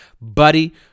Buddy